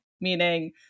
meaning